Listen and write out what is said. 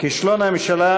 כישלון הממשלה